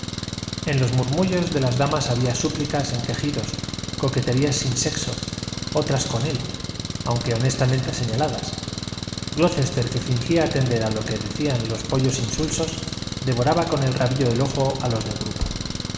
en los murmullos de las damas había súplicas en quejidos coqueterías sin sexo otras con él aunque honestamente señaladas glocester que fingía atender a lo que le decían los pollos insulsos devoraba con el rabillo del ojo a los del grupo